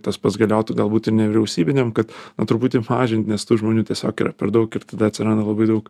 tas pats galiotų galbūt ir nevyriausybinėm kad na truputį mažint nes tų žmonių tiesiog yra per daug ir tada atsiranda labai daug